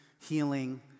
healing